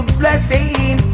blessing